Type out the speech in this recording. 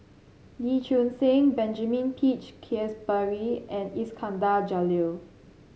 Lee Choon Seng Benjamin Peach Keasberry and Iskandar Jalil